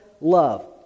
love